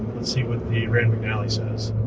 let's see what the rand mcnally says.